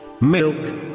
milk